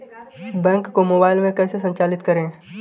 Bank को mobile में कैसे संचालित करें?